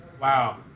wow